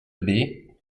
baie